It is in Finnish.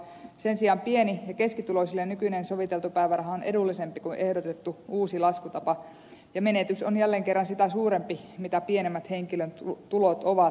sen sijaan pieni ja keskituloisille nykyinen soviteltu päiväraha on edullisempi kuin ehdotettu uusi laskutapa ja menetys on jälleen kerran sitä suurempi mitä pienemmät henkilön tulot ovat